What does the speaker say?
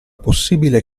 possibile